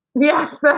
Yes